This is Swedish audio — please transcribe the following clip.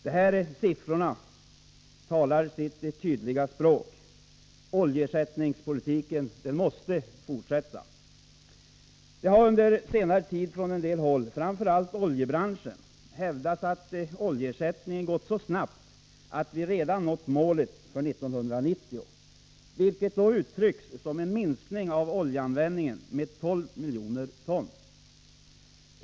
De här siffrorna talar sitt tydliga språk: oljeersättningspolitiken måste fortsätta. Det har under senare tid från en del håll, framför allt från oljebranschen, hävdats att oljeersättningen gått så snabbt att vi redan nått målet för 1990, vilket då sägs innebära en minskning av oljeanvändningen med 12 miljoner ton.